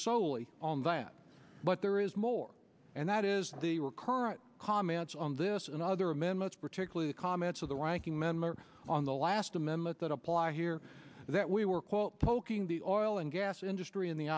soley on that but there is more and that is the current comments on this and other amendments particularly the comments of the ranking member on the last amendment that apply here that we were talking the oil and gas industry in the